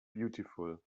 beautiful